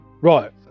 Right